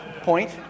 Point